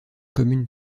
commune